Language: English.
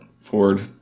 Ford